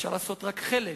אפשר לעשות רק חלק.